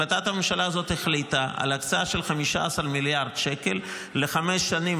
החלטת הממשלה הזאת החליטה על הקצאה של 15 מיליארד שקל לחמש שנים,